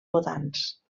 votants